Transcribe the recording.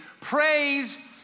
Praise